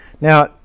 Now